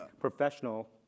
professional